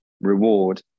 reward